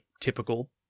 Typical